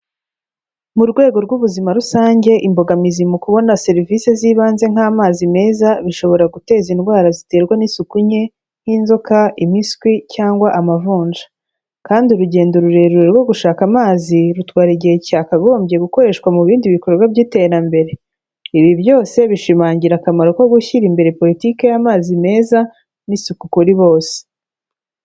Mu rwego rw'ubuzima rusange imbogamizi mu kubona serivisi z'ibanze nk'amazi meza, bishobora guteza indwara ziterwa n'isuku nke, nk'inzoka, impiswi cyangwa amavunja, kandi urugendo rurerure rwo gushaka amazi, rutwara igihe cyakagombye gukoreshwa mu bindi bikorwa by'iterambere, ibi byose bishimangira akamaro ko gushyira imbere politiki y'amazi meza n'isuku kuri bose.